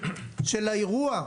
אני